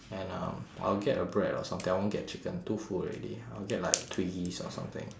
and um I will get a bread or something I won't get chicken too full already I will get like twiggies or something